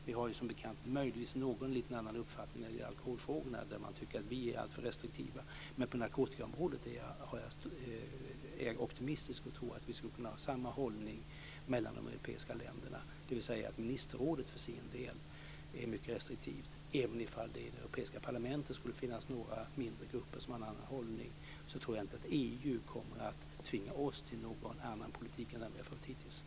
Vi har, som bekant, möjligtvis en annan uppfattning i alkoholfrågorna, där man tycker att vi är alltför restriktiva. Men på narkotikaområdet är jag optimistisk och tror att vi ska kunna ha samma hållning mellan de europeiska länderna. Ministerrådet är för sin del mycket restriktivt. Även om det i det europeiska parlamentet skulle finnas några mindre grupper som har en annan hållning, tror jag inte att EU kommer att tvinga oss till någon annan politik än den vi har fört hittills.